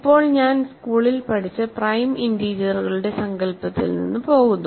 ഇപ്പോൾ ഞാൻ സ്കൂളിൽ പഠിച്ച പ്രൈം ഇൻറിജറുകളുടെ സങ്കൽപ്പത്തിൽ നിന്ന് പോകുന്നു